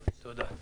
תודה.